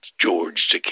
George